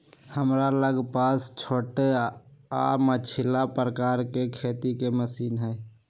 हमरा लग पास छोट आऽ मझिला प्रकार के खेती के मशीन हई